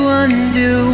undo